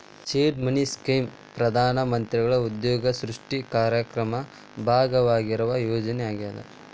seed money scheme ಪ್ರಧಾನ ಮಂತ್ರಿಗಳ ಉದ್ಯೋಗ ಸೃಷ್ಟಿ ಕಾರ್ಯಕ್ರಮದ ಭಾಗವಾಗಿರುವ ಯೋಜನೆ ಆಗ್ಯಾದ